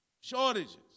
Shortages